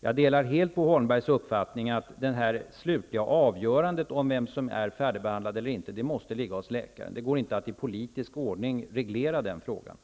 Jag delar helt Bo Holmbergs uppfattning att det slutliga avgörandet av vem som är färdigbehandlad eller ej måste ligga hos läkaren. Det går inte att i politisk ordning reglera den frågan.